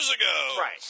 Right